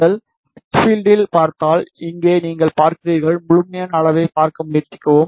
நீங்கள் ஹச் பீல்ட்டில் பார்த்தால் இங்கே நீங்கள் பார்க்கிறீர்கள் முழுமையான அளவைப் பார்க்க முயற்சிக்கவும்